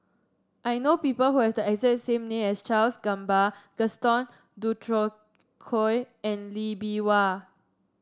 I know people who have the exact name as Charles Gamba Gaston Dutronquoy and Lee Bee Wah